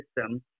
system